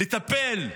לטפל,